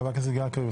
חבר הכנסת גלעד קריב,